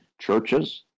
churches